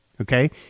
okay